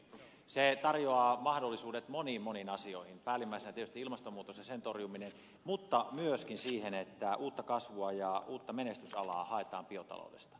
se tarjoaa mahdollisuudet moniin moniin asioihin päällimmäisenä tietysti ilmastonmuutoksen torjumiseen mutta myöskin siihen että uutta kasvua ja uutta menestysalaa haetaan biotaloudesta